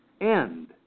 end